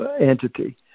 entity